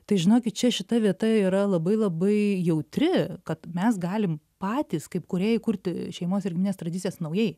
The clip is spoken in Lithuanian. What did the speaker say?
tai žinokit čia šita vieta yra labai labai jautri kad mes galim patys kaip kūrėjai kurti šeimos ir giminės tradicijas naujai